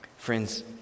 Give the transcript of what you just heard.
Friends